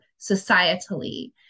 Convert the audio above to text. societally